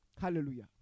Hallelujah